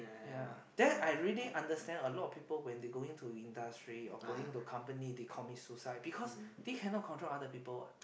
ya then I really understand a lot of people when they going to industry or going to company they commit suicide because they cannot control other people what